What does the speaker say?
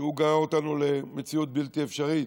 שגרר אותנו למציאות בלתי אפשרית.